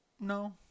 No